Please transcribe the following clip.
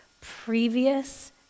previous